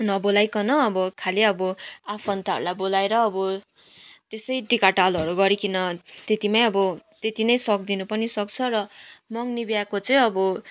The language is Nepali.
नबोलाइकन अब खालि अब आफन्तहरूलाई बोलाएर अब त्यसै टिकाटालोहरू गरिकिन त्यतिमै अब त्यति नै सकिदिनु पनि सक्छ र मँगनी बिहाको चाहिँ अब